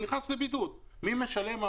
מי משלם?